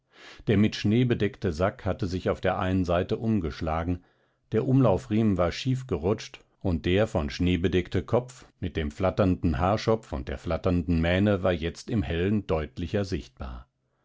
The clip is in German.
der mit schnee bedeckte sack hatte sich auf der einen seite umgeschlagen der umlaufriemen war schief gerutscht und der von schnee bedeckte kopf mit dem flatternden haarschopf und der flatternden mähne war jetzt im hellen deutlicher sichtbar